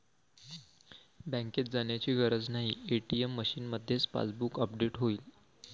बँकेत जाण्याची गरज नाही, ए.टी.एम मशीनमध्येच पासबुक अपडेट होईल